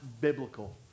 biblical